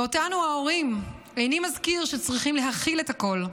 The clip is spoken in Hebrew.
ואותנו ההורים, אני מזכיר, שצריכים להכיל את הכול,